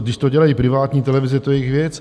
Když to dělají privátní televize, je to jejich věc.